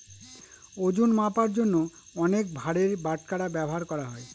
ওজন মাপার জন্য অনেক ভারের বাটখারা ব্যবহার করা হয়